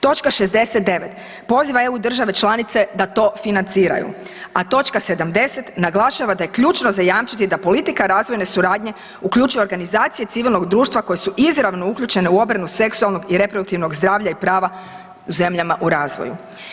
Točka 69. poziva EU države članice da to financiraju, a točka 70. naglašava da je ključno zajamčiti da politika razvojne suradnje uključuje organizacije civilnog društva koje su izravno uključene u obranu seksualnog i reproduktivnog zdravlja i prava u zemljama u razvoju.